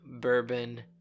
bourbon